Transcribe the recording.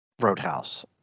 Roadhouse